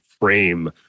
frame